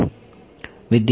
Student Put it